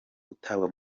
gutabwa